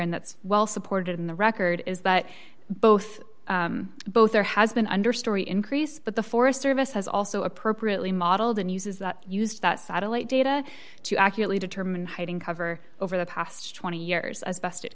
and that's well supported in the record is that both both there has been under story increase but the forest service has also appropriately modeled and uses that used that satellite data to accurately determine hiding cover over the past twenty years as best it